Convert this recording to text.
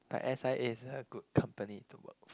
but s_i_ais a good company to work for